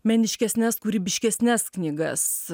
meniškesnes kūrybiškesnes knygas